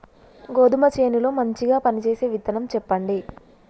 గోధుమ చేను లో మంచిగా పనిచేసే విత్తనం చెప్పండి?